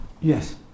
Yes